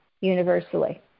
universally